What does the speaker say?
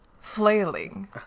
flailing